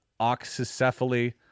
oxycephaly